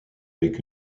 avec